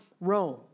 Rome